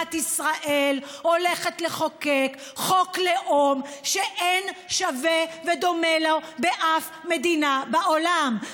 מדינת ישראל הולכת לחוקק חוק לאום שאין שווה ודומה לו באף מדינה בעולם.